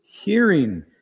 hearing